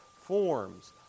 Forms